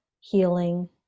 healing